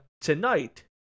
tonight